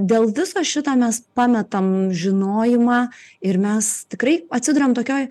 dėl viso šito mes pametam žinojimą ir mes tikrai atsiduriam tokioj